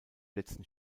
letzten